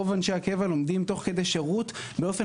רוב אנשי הקבע לומדים תוך כדי שירות באופן